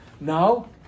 now